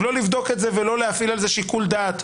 לא לבדוק את זה ולא להפעיל על זה שיקול דעת.